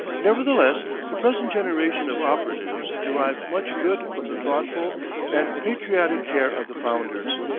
nevertheless, the present generation of operatives derive much good from the thoughtful and patriotic care of the founders.